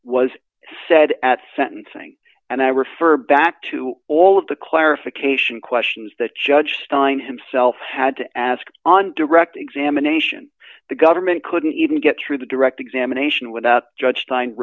was said at sentencing and i refer back to all of the clarification questions that judge stein himself had to ask on direct examination the government couldn't even get through the direct examination without judge s